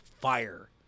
fire